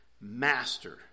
Master